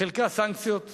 חלקה סנקציות קשות,